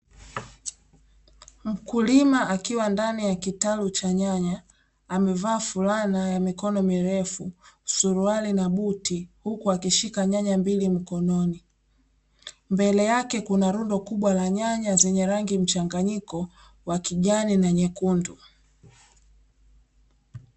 Mkulima akiwa ndani ya kitalu cha nyanya amevaa fulana ya mikono mirefu, suruali na buti huku akishika nyanya mbili mkononi, mbele yake kuna rundo kubwa la nyanya zenye rangi mchanganyiko wa kijani na nyekundu.